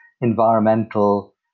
environmental